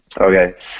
Okay